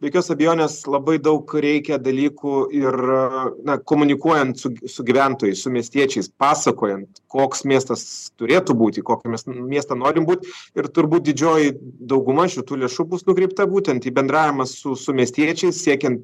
be jokios abejonės labai daug reikia dalykų ir na komunikuojant su g su gyventojais su miestiečiais pasakojant koks miestas turėtų būti kokio mes miesto norim būt ir turbūt didžioji dauguma šitų lėšų bus nukreipta būtent į bendravimą su su miestiečiais siekiant